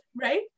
right